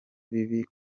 bibi